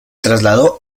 trasladó